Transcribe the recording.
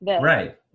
Right